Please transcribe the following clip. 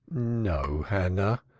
no, hannah.